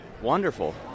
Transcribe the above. Wonderful